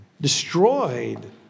destroyed